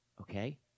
Okay